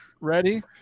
ready